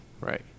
Right